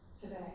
today